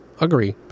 agree